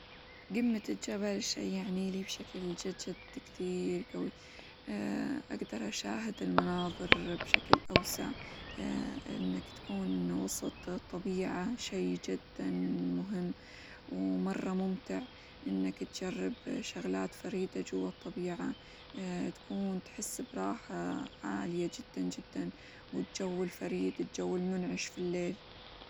قمة الجبل شي يعني لي بشكل جد جد كثير قوي، أقدر أشاهد المناظر بشكل أوسع، إنك تكون وسط طبيعة شي جدًا مهم، ومرة ممتع إنك تجرب شغلات فريدة جوا الطبيعة تكون تحس براحة عالية جدًا جدًا، والجو الفريد، الجو المنعش في الليل.